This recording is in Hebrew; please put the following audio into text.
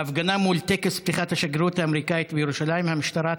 בהפגנה מול טקס פתיחת השגרירות האמריקנית בירושלים המשטרה,